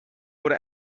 would